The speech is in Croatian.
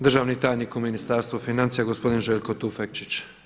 Državni tajnik u ministarstvu financija gospodin Željko Tufekčić.